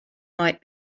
might